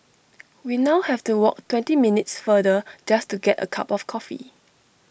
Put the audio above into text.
we now have to walk twenty minutes further just to get A cup of coffee